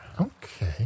Okay